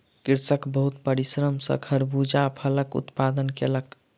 कृषक बहुत परिश्रम सॅ खरबूजा फलक उत्पादन कयलक